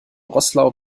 roßlau